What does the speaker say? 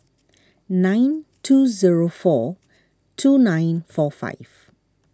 nine two zero four two nine four five